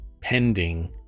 pending